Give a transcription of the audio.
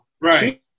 Right